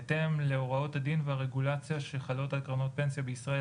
בהתאם להוראות הדין והרגולציה שחלות על קרנות פנסיה בישראל.